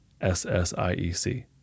SSIEC